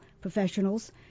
professionals